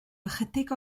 ychydig